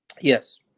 Yes